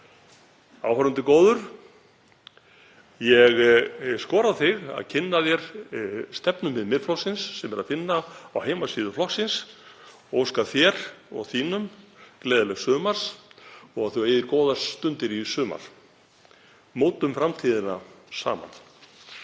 Áhorfandi góður. Ég skora á þig að kynna þér stefnumið Miðflokksins sem er að finna á heimasíðu flokksins og óska þér og þínum gleðilegs sumars og að þið eigið góðar stundir í sumar. Mótum framtíðina saman.